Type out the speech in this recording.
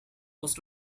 post